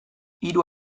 hiru